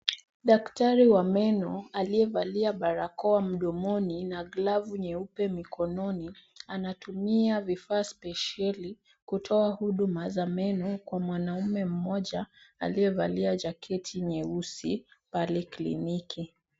Daktari wa meno aliyevalia barakoa mdomoni na glavu nyeupe mikononi, anatumia vifaa spesheli kutoa huduma za meno kwa mwanaume mmoja aliyevalia jaketi nyeusi pale kliniki.